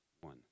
one